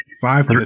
five